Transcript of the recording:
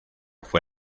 fue